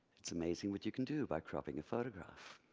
it's amazing what you can do by cropping a photograph.